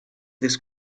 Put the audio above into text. this